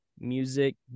music